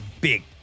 big